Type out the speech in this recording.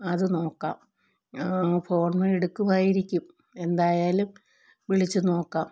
അത് നോക്കാം ഫോണൊന്ന് എടുക്കുമായിരിക്കും എന്തായാലും വിളിച്ചുനോക്കാം